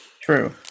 True